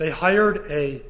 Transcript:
they hired a